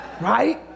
Right